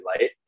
light